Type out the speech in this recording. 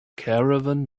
caravan